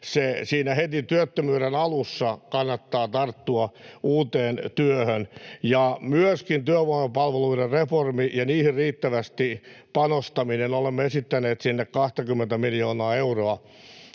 siinä heti työttömyyden alussa kannattaa tarttua uuteen työhön. Myöskin työvoimapalveluiden reformi ja riittävästi panostaminen niihin. Olemme esittäneet sinne 20:tä miljoonaa euroa